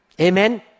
Amen